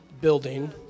building